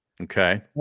Okay